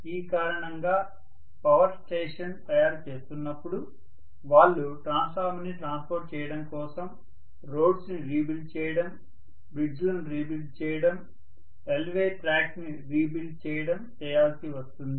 ఈ కారణం గా పవర్ స్టేషన్ తయారు చేస్తున్నప్పుడు వాళ్లు ట్రాన్స్ఫార్మర్స్ ని ట్రాన్స్పోర్ట్ చేయడం కోసం రోడ్స్ ని రి బిల్డ్ చేయడం బ్రిడ్జిలను ని రి బిల్డ్ చేయడం రైల్వే ట్రాక్స్ ని రి బిల్డ్ చేయడం చేయాల్సి వస్తుంది